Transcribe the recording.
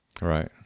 Right